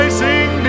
sing